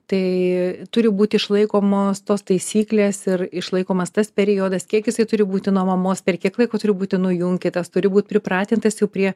tai turi būti išlaikomos tos taisyklės ir išlaikomas tas periodas kiek jisai turi būti nuo mamos per kiek laiko turi būti nujunkytas turi būt pripratintas prie